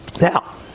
Now